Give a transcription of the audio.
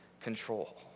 control